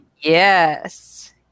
Yes